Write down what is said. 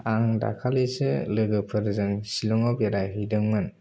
आं दाखालिसो लोगोफोरजों शिलंआव बेरायहैदोंमोन